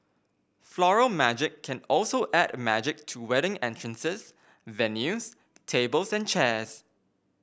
Floral Magic can also add magic to wedding entrances venues tables and chairs